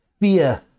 fear